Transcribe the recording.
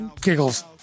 giggles